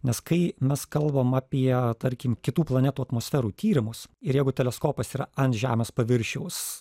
nes kai mes kalbam apie tarkim kitų planetų atmosferų tyrimus ir jeigu teleskopas yra ant žemės paviršiaus